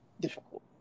difficult